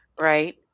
right